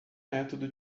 método